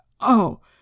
Oh